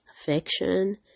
affection